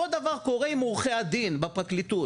אותו דבר קורה עם עורכי הדין בפרקליטות